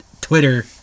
Twitter